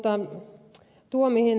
mutta ed